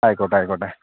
ആയിക്കട്ടെ ആയിക്കോട്ടെ